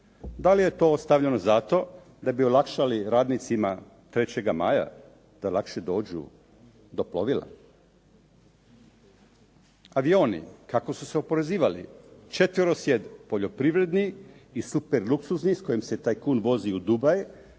Da li je to ostavljeno zato da bi olakšali radnicima 3. maja da lakše dođu do plovila? Avioni. Kako su se oporezivali? Četverosjed poljoprivredni i superluksuzni s kojim se tajkun vozi u Dubai